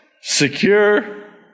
secure